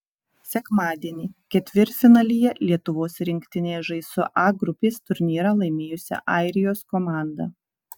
sekmadienį ketvirtfinalyje lietuvos rinktinė žais su a grupės turnyrą laimėjusia airijos komanda